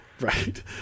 right